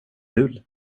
kul